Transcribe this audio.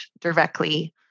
directly